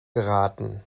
geraten